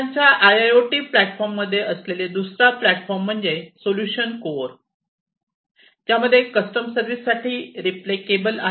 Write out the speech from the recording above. त्यांच्या आयआयओटी प्लॅटफॉर्ममध्ये असलेले दुसरा प्लॅटफॉर्म म्हणजे सोल्यूशन कोर ज्यामध्ये कस्टम सर्विस साठी रिप्ले केबल आहेत